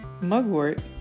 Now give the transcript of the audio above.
mugwort